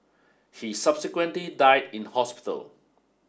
he subsequently died in hospital